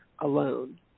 alone